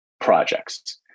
projects